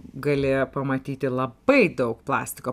gali pamatyti labai daug plastiko